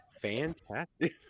Fantastic